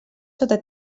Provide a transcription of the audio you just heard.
sota